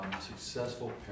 successful